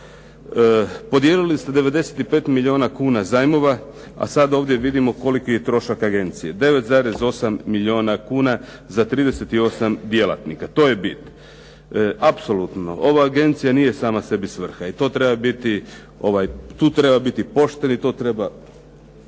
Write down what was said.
Podijelili ste 95 milijuna kuna zajmova, a sad ovdje vidimo koliki je trošak agencije 9,8 milijuna kuna za 38 djelatnika. To je bit. Apsolutno ova agencija nije sama sebi svrha i tu treba biti pošten i to treba